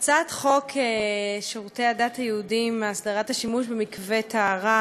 הצעת חוק שירותי הדת היהודיים הסדרת השימוש במקווה טהרה,